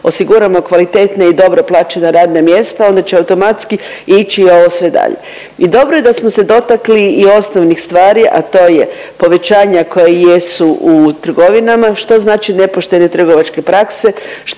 osiguramo kvalitetna i dobro plaćena radna mjesta onda će automatski ići ovo sve dalje i dobro je da smo se dotakli i osnovnih stvari, a to je povećanja koja jesu u trgovinama, što znače nepoštene trgovačke prakse,